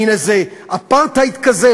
מין איזה אפרטהייד כזה?